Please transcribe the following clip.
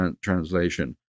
translation